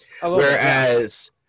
Whereas